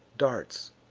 darts,